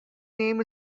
name